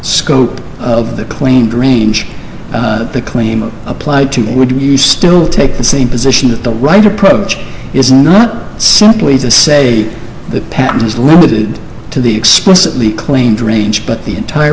scope of the claimed range the claim applied to would you still take the same position that the right approach is not simply to say the patent is limited to the explicitly claimed reach but the entire